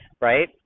right